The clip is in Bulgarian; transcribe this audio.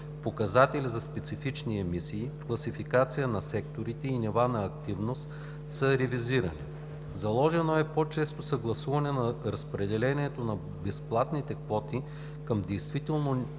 показатели за специфични емисии, класификация на секторите и нива на активност, са ревизирани. Заложено е по-често съгласуване на разпределението на безплатните квоти към действителното